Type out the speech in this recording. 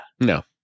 No